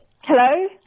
Hello